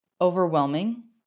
Overwhelming